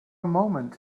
moment